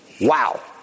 wow